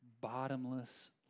bottomless